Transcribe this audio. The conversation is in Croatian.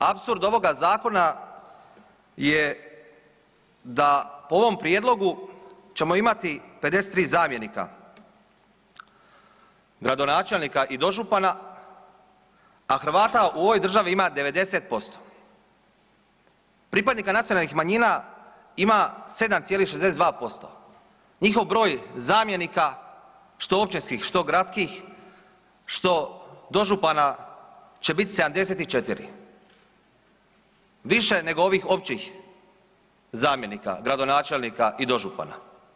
Još jedan apsurd ovoga zakona je da po ovom prijedlogu ćemo imati 53 zamjenika, gradonačelnika i dožupana, a Hrvata u ovoj državi ima 90% pripadnika nacionalnih manjina ima 7,62%, njihov broj zamjenika što općinskih, što gradskih, što dožupana će biti 74, više nego ovih općih zamjenika, gradonačelnika i dožupana.